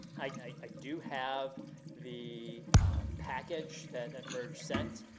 i do have the package that merge sent.